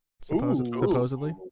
Supposedly